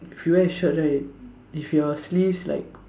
if you wear shirt right if your sleeve like